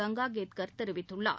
கங்கா கேத்கர் தெரிவித்துள்ளார்